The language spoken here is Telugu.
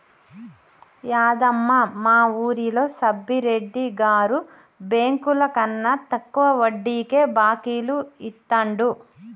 యాదమ్మ, మా వూరిలో సబ్బిరెడ్డి గారు బెంకులకన్నా తక్కువ వడ్డీకే బాకీలు ఇత్తండు